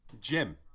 Jim